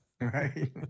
right